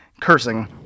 cursing